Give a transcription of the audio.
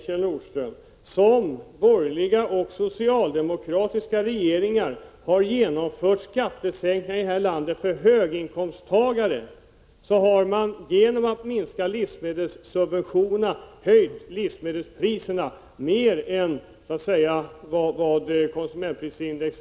Samtidigt som borgerliga och socialdemokratiska regeringar har genomfört skattesänkningar för höginkomsttagare har de nämligen genom att minska livsmedelssubventionerna höjt livsmedelspriserna mer än vad som = Prot. 1986/87:99 motsvarar konsumentprisindex.